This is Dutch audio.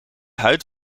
huid